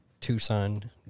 Tucson